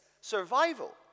survival